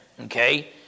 Okay